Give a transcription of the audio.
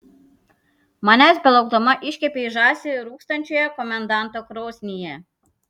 manęs belaukdama iškepei žąsį rūkstančioje komendanto krosnyje